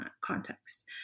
context